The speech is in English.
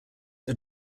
are